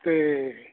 ਅਤੇ